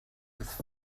with